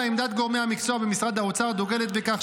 עמדת גורמי המקצוע במשרד האוצר דוגלת בכך,